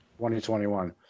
2021